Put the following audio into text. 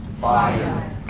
Fire